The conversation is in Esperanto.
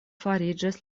fariĝis